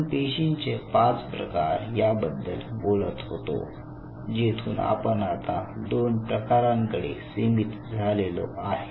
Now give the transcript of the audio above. आपण पेशींचे 5 प्रकार याबद्दल बोलत होतो जेथून आपण आता दोन प्रकारांकडे सिमीत झालेलो आहे